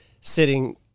sitting